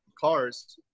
cars